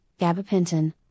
gabapentin